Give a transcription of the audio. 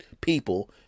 people